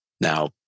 Now